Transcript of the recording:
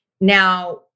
now